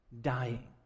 dying